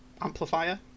amplifier